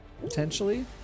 potentially